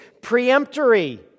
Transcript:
preemptory